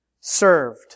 served